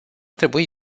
trebui